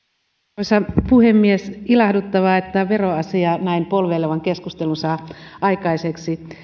arvoisa puhemies ilahduttavaa että veroasia näin polveilevan keskustelun saa aikaiseksi